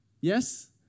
Yes